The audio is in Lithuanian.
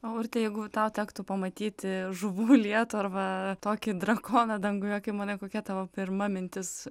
o urte jeigu tau tektų pamatyti žuvų lietų arba tokį drakoną danguje kaip manai kokia tavo pirma mintis